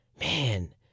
man